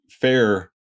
fair